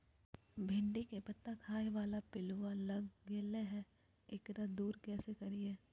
भिंडी के पत्ता खाए बाला पिलुवा लग गेलै हैं, एकरा दूर कैसे करियय?